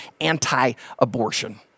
anti-abortion